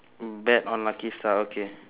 bet on lucky star okay